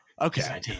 okay